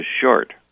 short